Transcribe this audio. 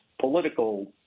political